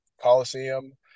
Coliseum